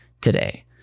today